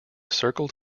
circled